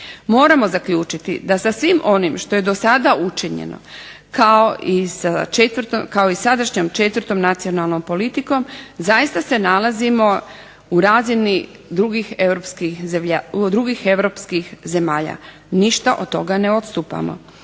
Moramo zaključiti da sa svim onim što je do sada učinjeno kao i sadašnjom 4. Nacionalnom politikom zaista se nalazimo u razini drugih Europskih zemalja, ništa od toga ne odstupamo.